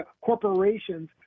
corporations